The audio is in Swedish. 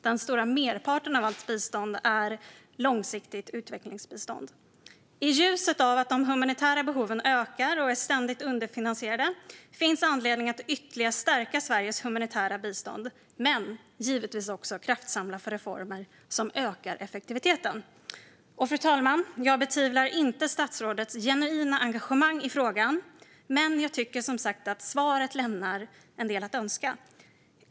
Den stora merparten av allt bistånd är långsiktigt utvecklingsbistånd. I ljuset av att de humanitära behoven ökar och är ständigt underfinansierade finns anledning att ytterligare stärka Sveriges humanitära bistånd men givetvis också att kraftsamla för reformer som ökar effektiviteten. Jag betvivlar inte statsrådets genuina engagemang i frågan, fru talman, men tyvärr tycker jag som sagt att hans svar lämnar en del att önska.